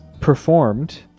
performed